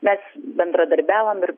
mes bendradarbiavom ir